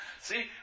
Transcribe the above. See